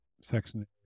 Section